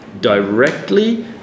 directly